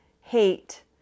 Hate